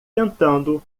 tentando